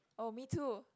oh me too